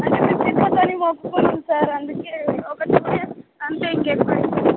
అంటే మేము తిరుపతి అని మొక్కుకున్నాం సార్ అందుకే ఒకటి అంతే ఇంకేం లేదు